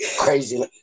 crazy